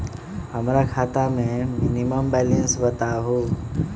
हमरा खाता में मिनिमम बैलेंस बताहु?